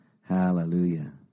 Hallelujah